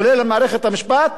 כולל מערכת המשפט,